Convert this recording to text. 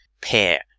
pair